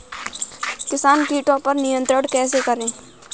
किसान कीटो पर नियंत्रण कैसे करें?